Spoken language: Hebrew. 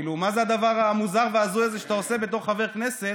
כאילו: מה זה הדבר המוזר וההזוי הזה שאתה עושה בתור חבר כנסת